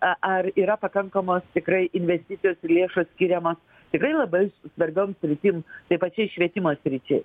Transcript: a ar yra pakankamos tikrai investicijos lėšos skiriamos tikrai labai svarbioms sritims tai pačiai švietimo sričiai